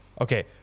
Okay